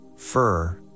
fur